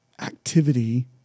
activity